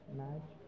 match